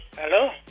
Hello